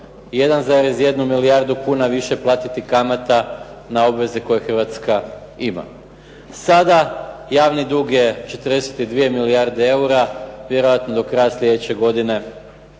1,1 milijardu kuna više platiti kamata na obveze koje Hrvatska ima. Sada javni dug je 42 milijarde eura, vjerojatno do kraja slijedeće godine